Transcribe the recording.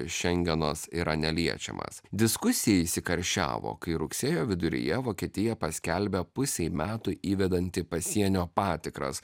šengenas yra neliečiamas diskusija įsikarščiavo kai rugsėjo viduryje vokietija paskelbė pusei metų įvedantį pasienio patikras